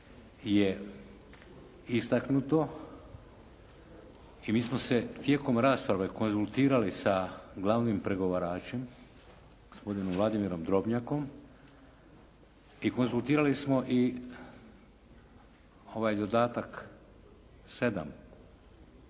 je istaknuto i mi smo se tijekom rasprave konzultirali sa glavnim pregovaračem gospodinom Vladimirom Drobnjakom i konzultirali smo i ovaj dodatak 7.